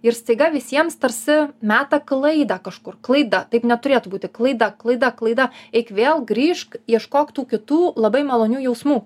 ir staiga visiems tarsi meta klaidą kažkur klaida taip neturėtų būti klaida klaida klaida eik vėl grįžk ieškok tų kitų labai malonių jausmų